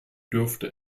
dürfte